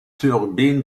turbine